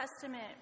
Testament